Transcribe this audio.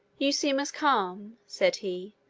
you seem as calm, said he,